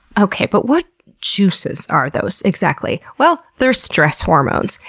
okay, but what juices are those, exactly? well, they're stress hormones,